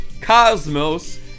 cosmos